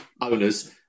owners